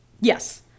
yes